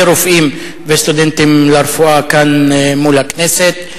רופאים וסטודנטים לרפואה כאן מול הכנסת.